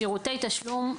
שירותי תשלום,